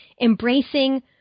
embracing